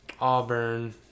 Auburn